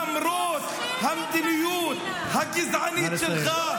למרות המדיניות הגזענית שלך.